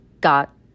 got